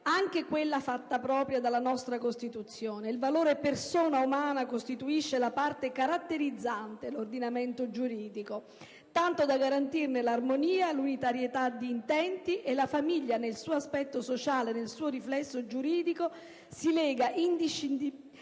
anche quella fatta propria dalla nostra Costituzione. Il valore persona umana costituisce la parte caratterizzante l'ordinamento giuridico, tanto da garantirne l'armonia e l'unitarietà di intenti e la famiglia, nel suo aspetto sociale e nel suo riflesso giuridico, si lega inscindibilmente